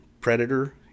predator